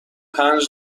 پنج